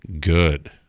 good